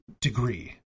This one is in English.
degree